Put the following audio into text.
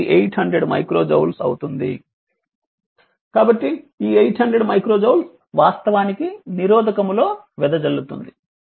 కాబట్టి ఈ 800 micro joules వాస్తవానికి నిరోధకములో వెదజల్లుతుంది